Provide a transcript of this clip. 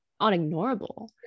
unignorable